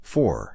Four